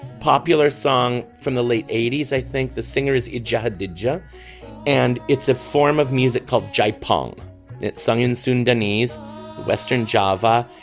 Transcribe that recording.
popular song from the late eighty s i think the singer is injured danger and it's a form of music called jay pong it's sung in sudanese western java.